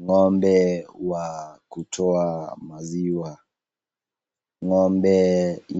Ng'ombe wa kutoa maziwa.Ng'ombe